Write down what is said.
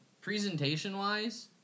presentation-wise